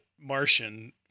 Martian